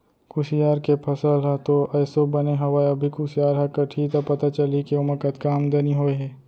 कुसियार के फसल ह तो एसो बने हवय अभी कुसियार ह कटही त पता चलही के ओमा कतका आमदनी होय हे